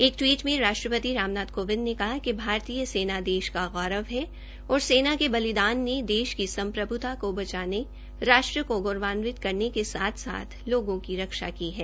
एक टिवीट में राष्ट्रपति राम नाथ कोविदं ने कहा कि भारतीय सेना देश का गौरव है और सेना के बलिदान ने देश की समप्रभ्ता को बचाने राष्ट्र को गौरवावित करने के साथ साथ लोगों की रक्षा की है